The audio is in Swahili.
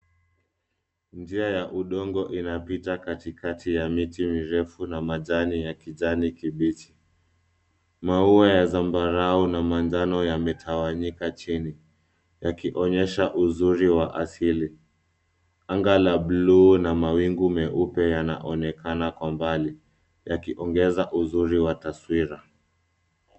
Njia ya udongo inapita katikati ya miti mirefu na majani yenye kijani kibichi. Maua ya zambarau na manjano yametawanyika chini yakionyesha uzuri wa asili. Anga la bluu na mawingu meupe yanaonekana kwa mbali yakiongeza uzuri wa taswira.